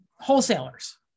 wholesalers